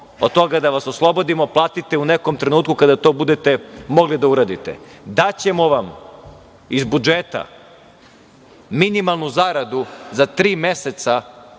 od toga da vas oslobodimo, platite u nekom trenutku kada to budete mogli da uradite. Daćemo vam iz budžeta minimalnu zaradu za tri meseca,